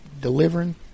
delivering